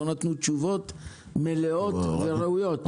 הם לא נתנו תשובות מלאות וראויות.